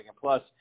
plus